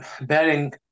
betting